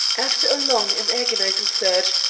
after a long and agonizing search,